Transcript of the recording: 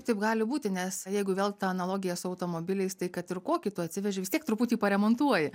taip gali būti nes jeigu vėl ta analogija su automobiliais tai kad ir kokį tu atsiveži vis tiek truputį paremontuoji